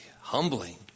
humbling